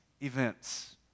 events